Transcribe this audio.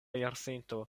jarcento